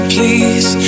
Please